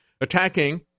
attacking